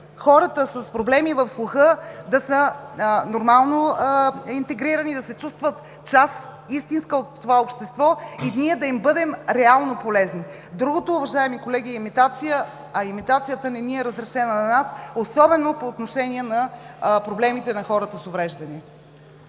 хората с проблеми в слуха да са нормално интегрирани, да се чувстват истинска част от това общество и ние да им бъдем реално полезни. Другото, уважаеми колеги, е имитация, а имитацията не ни е разрешена на нас, особено по отношение на проблемите на хората с увреждания.